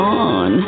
on